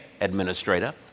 administrator